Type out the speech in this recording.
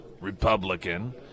Republican